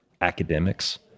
academics